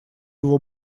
его